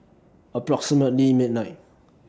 approximately midnight